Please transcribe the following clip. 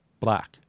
Black